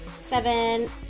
seven